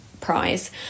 prize